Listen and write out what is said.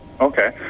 okay